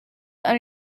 are